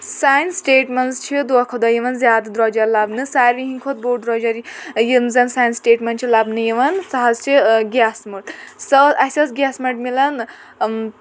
سانہِ سٹیٹہِ مَنٛز چھِ دۄہ کھۄتہٕ دۄہ یوان زیادٕ درٛۄجَر لبنہٕ ساروٕے ہنٛدی کھۄتہٕ بوٚڑ درٛۄجَر یم زَن سانہِ سٹیٹہِ مَنٛز چھُ لبنہٕ یوان سۄ حظ چھِ ٲں گیسہٕ مٔٹ سۄ ٲس اسہِ ٲس گیسہٕ مٔٹ میلان ٲں